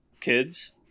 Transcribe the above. Kids